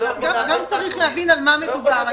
--- גם צריך להבין על מה מדובר.